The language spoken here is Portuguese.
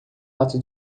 ato